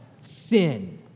sin